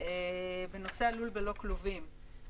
בנושא הלול ללא כלובים.